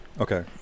Okay